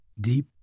Deep